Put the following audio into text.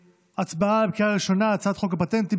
הצבעה בקריאה ראשונה על הצעת חוק הפטנטים